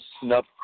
snuff